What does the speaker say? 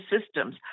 systems